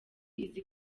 izi